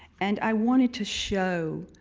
and i wanted to show